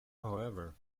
however